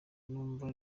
numva